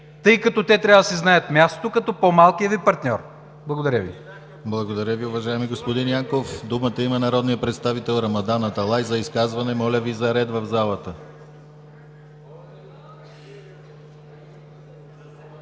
тъй като те трябва да си знаят мястото като по-малкия Ви партньор. Благодаря.